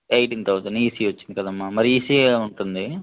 eighteen thousand ECE వచ్చింది కదమ్మా మరి ఈసీఈయే ఉంటుంది